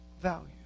value